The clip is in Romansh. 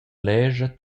lescha